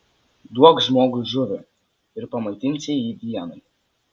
duok žmogui žuvį ir pamaitinsi jį dienai